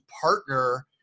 partner